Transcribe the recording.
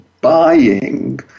buying